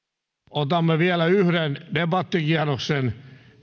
otamme vielä yhden debattikierroksen